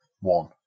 one